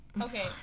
Okay